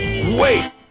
Wait